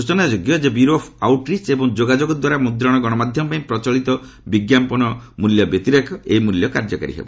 ସୂଚନା ଯୋଗ୍ୟ ଯେ ବ୍ୟୁରୋ ଅଫ୍ ଆଉଟ୍ରିଚ୍ ଏବଂ ଯୋଗାଯୋଗ ଦ୍ୱାରା ମୁଦ୍ରଣ ଗଣମାଧ୍ୟମ ପାଇଁ ପ୍ରଚଳିତ ବିଜ୍ଞାପନ ମୂଲ୍ୟ ବ୍ୟତିରେକ ଏହି ମୂଲ୍ୟ କାର୍ଯ୍ୟକାରୀ ହେବ